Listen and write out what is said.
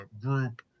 group